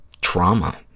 trauma